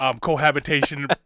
cohabitation